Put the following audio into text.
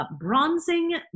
bronzing